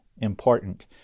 important